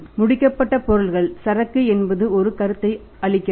முடிக்கப்பட்ட பொருட்கள் சரக்கு என்பது ஒரு கருத்தை அளிக்கிறது